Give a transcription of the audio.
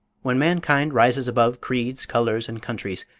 when mankind rises above creeds, colors and countries,